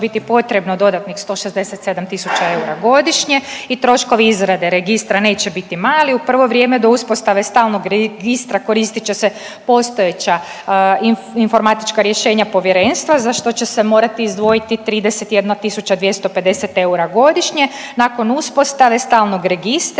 biti potrebno dodatnih 167 tisuća eura godišnje i troškovi izrade registra neće biti mali, u prvo vrijeme do uspostave stalnog registra koristit će postojeća informatička rješenja Povjerenstva za što će se morati izdvojiti 31.250 eura godišnje. Nakon uspostave stalnog registra